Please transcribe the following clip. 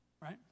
right